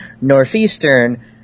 Northeastern